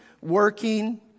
working